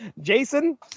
Jason